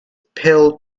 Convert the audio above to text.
pill